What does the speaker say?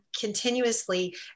continuously